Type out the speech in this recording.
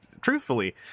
truthfully